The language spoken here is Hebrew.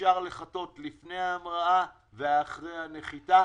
אפשר לחטא לפני ההמראה ואחרי הנחיתה,